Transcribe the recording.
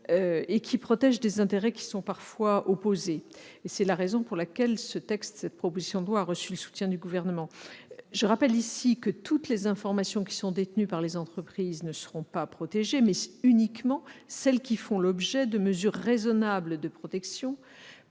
et protège des intérêts qui sont parfois opposés. C'est la raison pour laquelle cette proposition de loi a reçu le soutien du Gouvernement. Je rappelle que toutes les informations qui sont détenues par les entreprises ne seront pas protégées ; seules le seront celles qui font l'objet de mesures raisonnables de protection